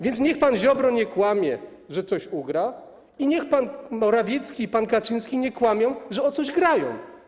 Więc niech pan Ziobro nie kłamie, że coś ugra, i niech pan Morawiecki i pan Kaczyński nie kłamią, że o coś grają.